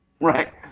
right